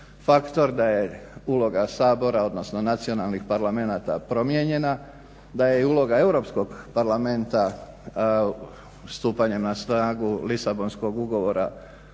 faktor, da je uloga Sabora odnosno nacionalnih parlamenata promijenjena, da je i uloga Europskog parlamenta stupanjem na snagu Lisabonskog ugovora